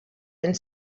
and